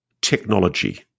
technology